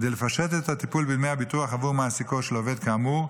כדי לפשט את הטיפול בדמי הביטוח עבור מעסיקו של עובד כאמור,